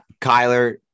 kyler